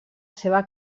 seva